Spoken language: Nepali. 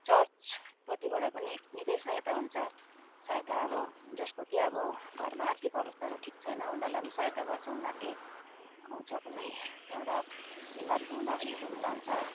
चर्चपट्टिबाट पनि निकै सहायता हुन्छ सहायता अब जसको कि अब घरमा आर्थिक अवस्थाहरू ठिक छैन उनीहरूलाई पनि सहायता गर्छ उनीहरूलाई पनि आउँछ पनि त्यहाँबाट बिमारहरू हुँदा हस्पिटलहरू पनि लान्छ